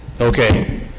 Okay